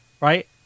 right